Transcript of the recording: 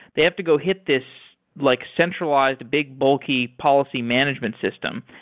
they have to go hit this like centralized big, bulky, policy management system.